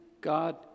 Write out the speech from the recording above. God